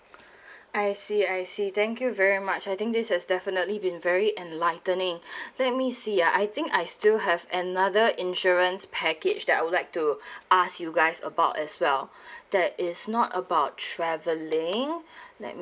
I see I see thank you very much I think this is definitely been very enlightening let me see ah I think I still have another insurance package that I would like to ask you guys about as well that is not about travelling let me